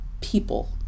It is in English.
people